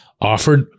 offered